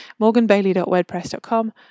morganbailey.wordpress.com